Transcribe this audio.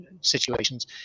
situations